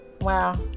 Wow